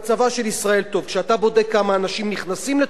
כשאתה בודק כמה אנשים נכנסים לתוך הממוצע הזה,